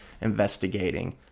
investigating